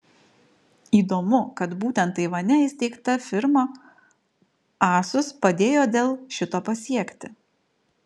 įdomu kad būtent taivane įsteigta firma asus padėjo dell šito pasiekti